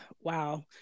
Wow